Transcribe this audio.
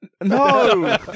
No